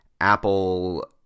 Apple